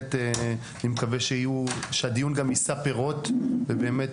בהחלט אני מקווה שהדיון גם יישא פירות ובאמת,